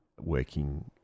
working